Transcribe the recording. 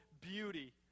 beauty